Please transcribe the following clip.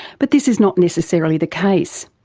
but this is not necessarily the case.